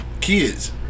Kids